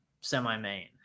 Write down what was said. semi-main